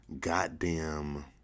goddamn